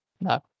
No